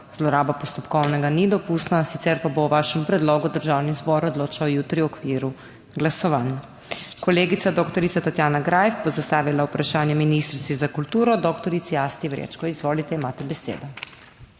zloraba postopkovnega ni dopustna. Sicer pa bo o vašem predlogu državni zbor odločal jutri v okviru glasovanj. Kolegica dr. Tatjana Greif bo zastavila vprašanje ministrici za kulturo dr. Asti Vrečko. Izvolite, imate besedo.